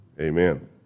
Amen